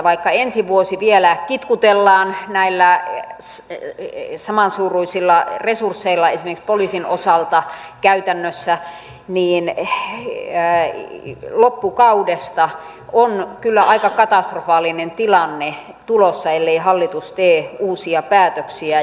vaikka ensi vuosi vielä kitkutellaan näillä samansuuruisilla resursseilla esimerkiksi poliisin osalta käytännössä niin loppukaudesta on kyllä aika katastrofaalinen tilanne tulossa ellei hallitus tee uusia päätöksiä